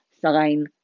sign